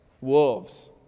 wolves